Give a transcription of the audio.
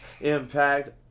Impact